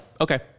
okay